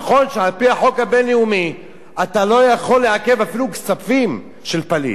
נכון שעל-פי החוק הבין-לאומי אתה לא יכול לעכב אפילו כספים של פליט,